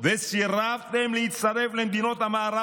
וסירבתם להצטרף למדינות המערב,